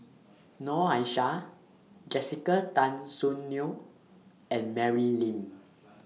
Noor Aishah Jessica Tan Soon Neo and Mary Lim